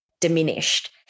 diminished